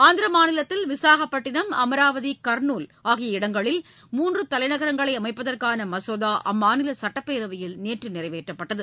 ஆந்திர மாநிலத்தில் விசாகப்பட்டினம் அமராவதி கா்னுல் ஆகிய இடங்களில் மூன்று தலைநகரங்களை அமைப்பதற்கான மசோதா அம்மாநில சட்டப்பேரவையில் நேற்று நிறைவேற்றப்பட்டது